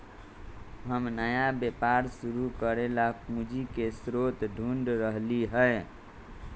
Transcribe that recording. हम नया व्यापार शुरू करे ला पूंजी के स्रोत ढूढ़ रहली है